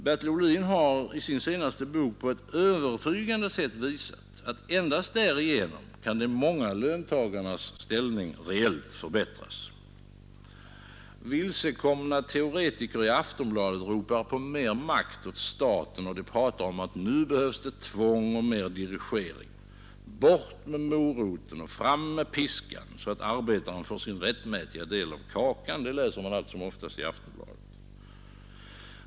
Bertil Ohlin har i sin senaste bok på ett övertygande sätt visat, att endast genom ökad tillväxt kan de många löntagarnas ställning reellt förbättras, Vilsekomna teoretiker i Aftonbladet ropar på mer makt åt staten, och de pratar om att det nu behövs tvång och mer dirigering. ”Bort med moroten och fram med piskan, så att arbetarna får sin rättmätiga del av kakan!” — sådant läser man allt som oftast i Aftonbladet.